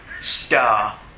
star